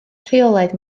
rheolaidd